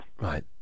Right